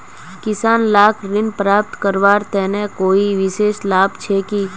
किसान लाक ऋण प्राप्त करवार तने कोई विशेष लाभ छे कि?